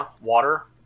water